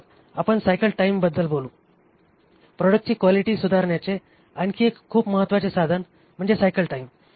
मग आपण सायकल टाइमबद्दल बोलू प्रॉडक्टची क्वालिटी सुधारण्याचे आणखी एक खूप महत्वाचे साधन म्हणजे सायकल टाइम